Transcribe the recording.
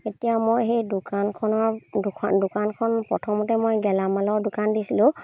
এতিয়া মই সেই দোকানখনৰ দুখন দোকানখন প্ৰথমতে মই গেলামালৰ দোকান দিছিলোঁ